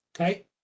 okay